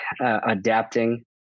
adapting